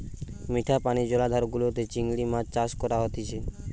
মিঠা পানি জলাধার গুলাতে চিংড়ি মাছ চাষ করা হতিছে